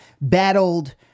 battled